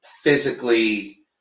physically